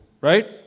right